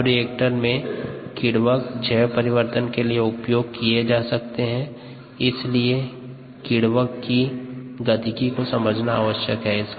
bioreactor में किण्वक जैव परिवर्तन के लिए उपयोग किए जा सकते हैं इसके लिए किण्वक की गतिकी को समझना आवश्यक है